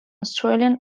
australian